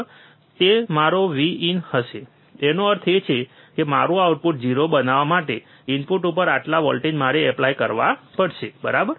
તે મારો Vin હશે તેનો અર્થ એ છે કે મારું આઉટપુટ 0 બનાવવા માટે ઇનપુટ ઉપર આટલા વોલ્ટેજ મારે એપ્લાય કરવા પડશે બરાબર